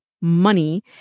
money